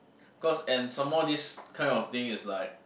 cause and some more this kind of thing is like